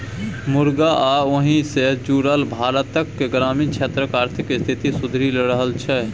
मुरगा आ ओहि सँ जुरल भारतक ग्रामीण क्षेत्रक आर्थिक स्थिति सुधरि रहल छै